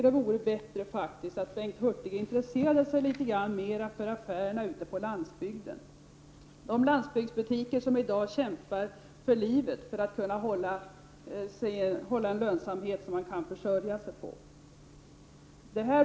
Det vore bättre om Bengt Hurtig intresserade sig litet mer för affärerna ute på landsbygden. I dag kämpar landsbygdsbutikerna för livet och för att behålla en lönsamhet som det går att försörja sig på.